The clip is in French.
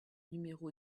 numéro